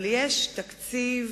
אבל יש תקציב